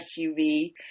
SUV